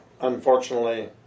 unfortunately